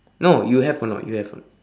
no you have or not you have or not